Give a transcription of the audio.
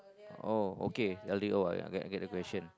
oh okay elderly old ah I get I get the question